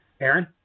Aaron